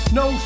no